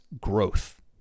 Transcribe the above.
growth